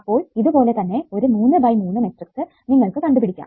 അപ്പോൾ ഇതുപോലെ തന്നെ ഒരു 3 ബൈ 3 മെട്രിക്സ് നിങ്ങൾക്ക് കണ്ടുപിടിക്കാം